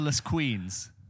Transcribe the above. queens